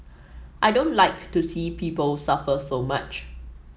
I don't like to see people suffer so much